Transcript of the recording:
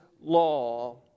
law